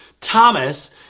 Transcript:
Thomas